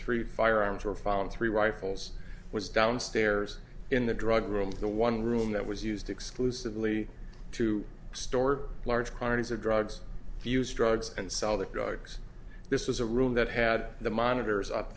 three firearms were found three rifles was downstairs in the drug room the one room that was used exclusively to store large quantities of drugs to use drugs and sell the drugs this was a room that had the monitors up